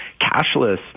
cashless